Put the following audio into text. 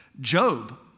Job